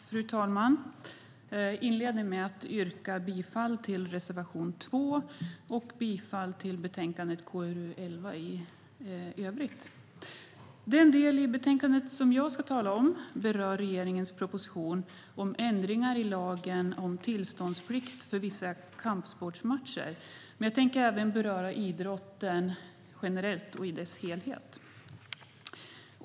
Fru talman! Jag inleder med att yrka bifall till reservation 2, samt bifall till förslaget i övrigt i betänkande KrU11. Den del i betänkandet som jag ska tala om berör regeringens proposition om ändringar i lagen om tillståndsplikt för vissa kampsportsmatcher. Men jag tänker även beröra idrott generellt.